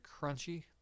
crunchy